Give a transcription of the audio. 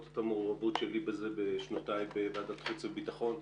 את המעורבות שלי בשנותיי בוועדת החוץ והביטחון,